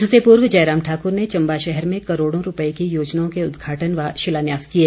इससे पूर्व जयराम ठाक्र ने चम्बा शहर में करोड़ों रूपए की योजनाओं के उदघाटन व शिलान्यास किए